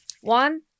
one